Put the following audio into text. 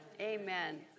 amen